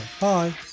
bye